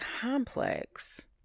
Complex